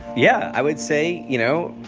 yeah, i would say, you know,